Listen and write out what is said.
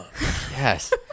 Yes